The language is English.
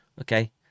okay